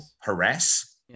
harass